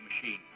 machine